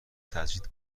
تجدید